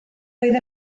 oedd